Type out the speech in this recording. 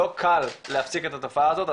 לא קל להפסיק את התופעה הזאת,